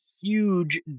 huge